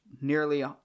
nearly